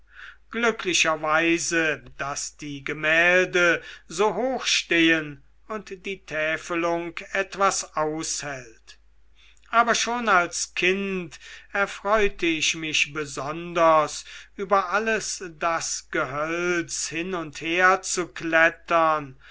glücklicherweise daß die gemälde so hoch stehen und die täfelung etwas aushält aber schon als kind erfreute ich mich besonders über alles das gehölz hin und her zu klettern